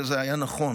וזה היה נכון.